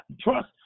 trust